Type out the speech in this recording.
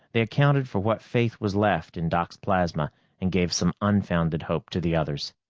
they accounted for what faith was left in doc's plasma and gave some unfounded hope to the others.